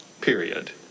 period